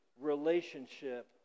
relationship